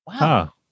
Wow